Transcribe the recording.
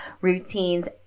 routines